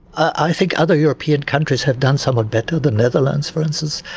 i think other european countries have done somewhat better, than netherlands for instance,